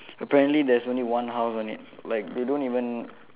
apparently there's only one house on it like they don't even